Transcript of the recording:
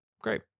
Great